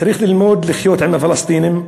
"צריך ללמוד לחיות עם הפלסטינים.